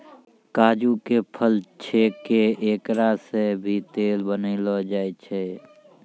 काजू के फल छैके एकरा सॅ भी तेल बनैलो जाय छै